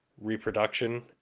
reproduction